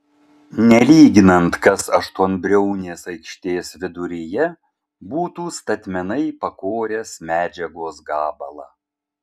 nelyginant kas aštuonbriaunės aikštės viduryje būtų statmenai pakoręs medžiagos gabalą